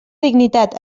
dignitat